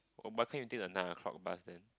we're busting until the nine o-clock bus then